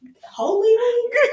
Holy